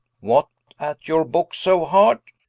what at your booke so hard?